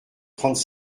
trente